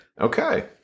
Okay